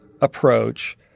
approach